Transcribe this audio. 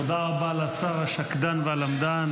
תודה רבה לשר השקדן והלמדן,